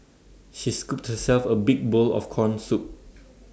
she scooped herself A big bowl of Corn Soup